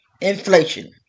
inflation